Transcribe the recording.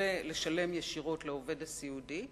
ולשלם ישירות לעובד הסיעודי,